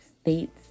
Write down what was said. states